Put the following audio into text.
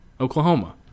Oklahoma